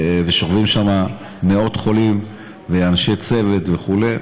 ששוכבים בהם מאות חולים ואנשי צוות וכו'.